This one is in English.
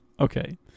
Okay